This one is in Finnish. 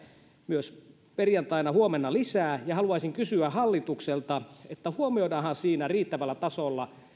myös perjantaina huomenna lisää haluaisin kysyä hallitukselta huomioidaanhan niissä riittävällä tasolla